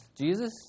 Jesus